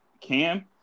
Cam